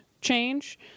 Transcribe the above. change